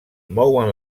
mouen